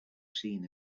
seen